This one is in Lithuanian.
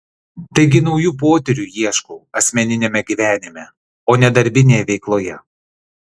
taigi naujų potyrių ieškau asmeniniame gyvenime o ne darbinėje veikloje